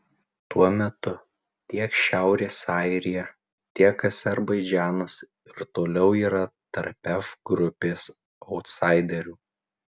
tuo metu tiek šiaurės airija tiek azerbaidžanas ir toliau yra tarp f grupės autsaiderių